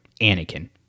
Anakin